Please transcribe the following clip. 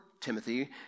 Timothy